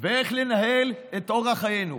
ואיך לנהל את אורח חיינו.